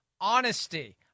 honesty